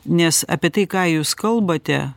nes apie tai ką jūs kalbate